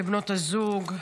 לבנות הזוג,